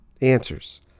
answers